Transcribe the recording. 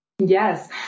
Yes